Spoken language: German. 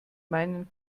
meinen